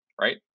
right